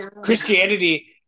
Christianity